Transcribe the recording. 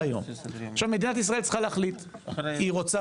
עכשיו מדינת ישראל צריכה להחליט אם היא רוצה